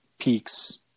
peaks